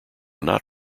not